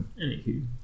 Anywho